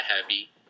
heavy